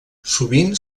sovint